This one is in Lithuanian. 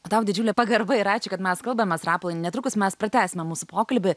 o tau didžiulė pagarba ir ačiū kad mes kalbamės rapolai netrukus mes pratęsime mūsų pokalbį